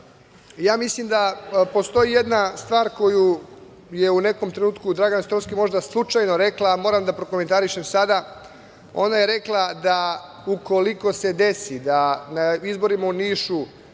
zahtevi. Mislim da postoji jedna stvar koju je u nekom trenutku Dragana Sotirovski možda slučajno rekla, a moram da prokomentarišem sada. Ona je rekla da ukoliko se desi da na izborima u Nišu